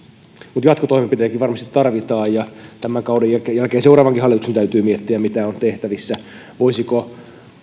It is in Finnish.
mutta jatkotoimenpiteitäkin varmasti tarvitaan ja tämän kauden jälkeen jälkeen seuraavankin hallituksen täytyy miettiä mitä on tehtävissä voisiko